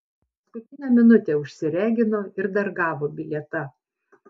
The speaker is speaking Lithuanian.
paskutinę minutę užsiregino ir dar gavo bilietą